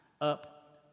up